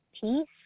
peace